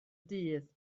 dydd